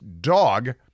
dog